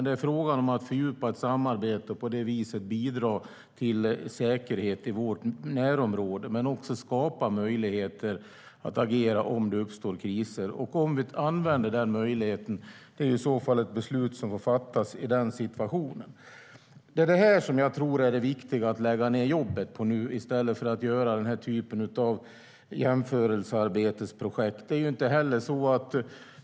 Det handlar om att fördjupa ett samarbete och på det viset bidra till säkerhet i vårt närområde och skapa möjlighet att agera om det uppstår kriser. Om vi använder den möjligheten eller inte är ett beslut som får fattas i den uppkomna situationen. Det här är det viktiga att lägga ned jobb på, inte att arbeta med jämförelseprojekt.